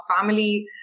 family